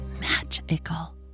magical